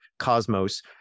cosmos